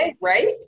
Right